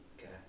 okay